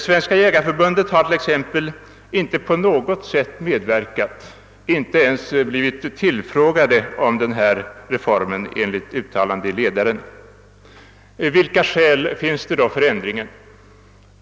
Svenska jägareförbundet har t.ex. inte på något sätt medverkat — inte ens blivit tillfrågat om denna reform, enligt uttalande i en av de artiklar jag citerade. Vilka skäl finns då för ändringen?